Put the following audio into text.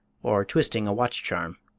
or twisting a watch charm.